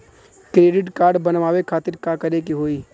Credit card बनवावे खातिर का करे के होई?